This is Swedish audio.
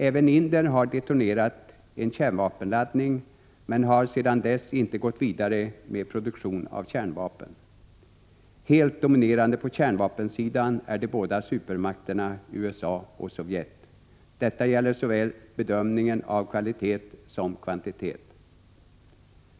Även Indien har detonerat en kärnvapenladdning, men har sedan dess inte gått vidare med produktion av kärnvapen. Helt dominerande på kärnvapensidan är de båda supermakterna USA och Sovjet. Detta gäller bedömningen av såväl kvalitet som kvantitet.